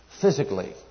physically